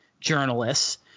journalists